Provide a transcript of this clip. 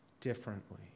differently